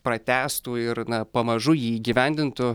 pratęstų ir na pamažu jį įgyvendintų